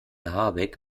habeck